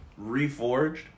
reforged